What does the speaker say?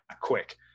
quick